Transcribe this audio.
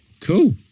Cool